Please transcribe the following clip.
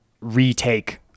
retake